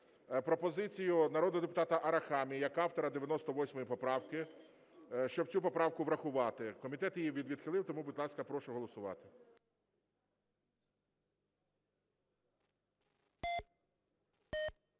пропозицію народного депутата Арахамії як автора 98 поправки, щоб цю поправку врахувати. Комітет її відхилив, тому, будь ласка, прошу голосувати.